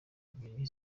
ebyiri